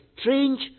Strange